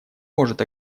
может